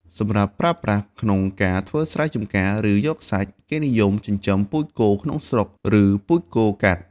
សម្រាប់ប្រើប្រាស់ក្នុងការធ្វើស្រែចំការ ឬយកសាច់ គេនិយមចិញ្ចឹមពូជគោក្នុងស្រុក ឬពូជគោកាត់។